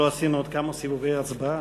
עשינו עוד כמה סיבובי הצבעה,